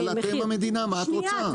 אבל אתם המדינה, מה את רוצה?